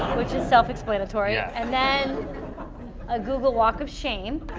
which is self-explanatory ah and then a google walk of shame.